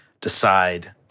decide